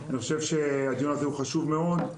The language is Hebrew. אני חושב שהדיון הזה הוא חשוב מאוד.